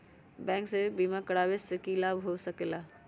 Bank से बिमा करावे से की लाभ होई सकेला?